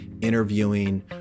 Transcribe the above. interviewing